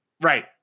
Right